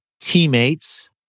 teammates